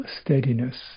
steadiness